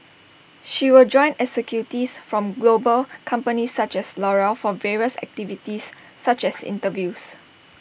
she will join executives from global companies such as L'Oreal for various activities such as interviews